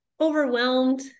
overwhelmed